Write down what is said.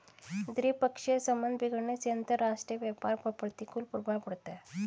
द्विपक्षीय संबंध बिगड़ने से अंतरराष्ट्रीय व्यापार पर प्रतिकूल प्रभाव पड़ता है